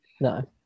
no